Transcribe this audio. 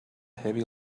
heavy